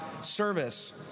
service